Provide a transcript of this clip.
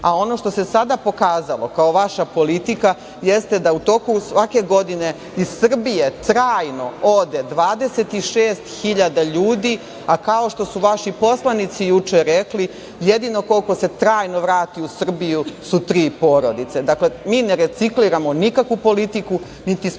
Ono što se sada pokazalo kao vaša politika, jeste da u toku svake godine iz Srbije trajno ode 26.000 ljudi, a kao što su vaši poslanici juče rekli jedino koliko se trajno vrati u Srbiju su tri porodice. Mi ne recikliramo nikakvu politiku, niti smo